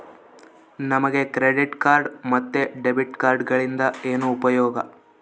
ನಮಗೆ credit card ಮತ್ತು debit ಕಾರ್ಡುಗಳಿಂದ ಏನು ಉಪಯೋಗ?